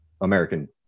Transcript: american